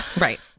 Right